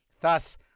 Thus